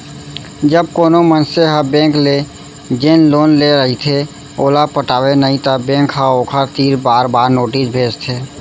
जब कोनो मनसे ह बेंक ले जेन लोन ले रहिथे ओला पटावय नइ त बेंक ह ओखर तीर बार बार नोटिस भेजथे